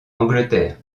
angleterre